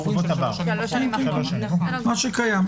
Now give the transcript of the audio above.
מה שקיים.